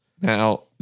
Now